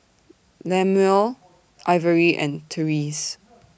Lemuel Ivory and Tyrese